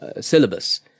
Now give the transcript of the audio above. syllabus